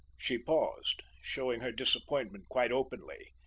she paused, showing her disappointment quite openly.